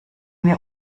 wir